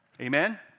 Amen